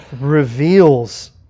reveals